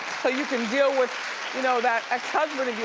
so you can deal with you know that ex-husband of yours,